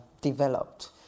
developed